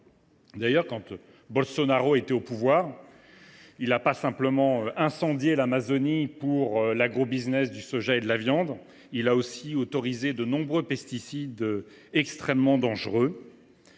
D’ailleurs, lorsque Bolsonaro était au pouvoir, il n’a pas simplement incendié l’Amazonie au service de l’agrobusiness du soja et de la viande, il a aussi autorisé de nombreux pesticides extrêmement dangereux.